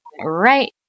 right